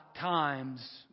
times